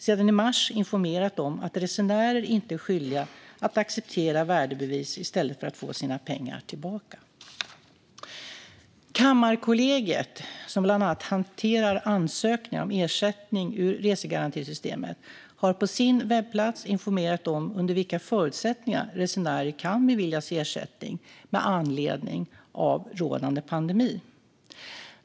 sedan i mars informerat om att resenärer inte är skyldiga att acceptera värdebevis i stället för att få sina pengar tillbaka. Kammarkollegiet, som bland annat hanterar ansökningar om ersättning ur resegarantisystemet, har på sin webbplats informerat om under vilka förutsättningar resenärer kan beviljas ersättning med anledning av rådande pandemi.